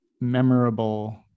memorable